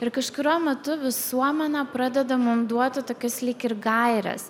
ir kažkuriuo metu visuomenė pradeda mum duoti tokius lyg ir gaires